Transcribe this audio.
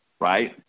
right